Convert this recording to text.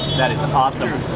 that is and awesome.